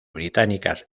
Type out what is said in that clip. británicas